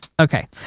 Okay